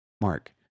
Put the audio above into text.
Mark